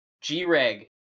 G-Reg